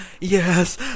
Yes